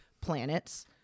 planets